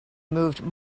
moved